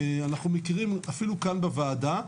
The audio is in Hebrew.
אנחנו מכירים אפילו כאן בוועדה,